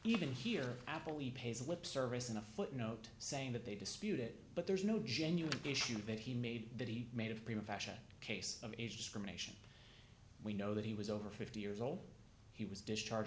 even here apple e pays lip service in a footnote saying that they dispute it but there's no genuine issue that he made that he made a profession case of age discrimination we know that he was over fifty years old he was discharge